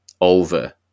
over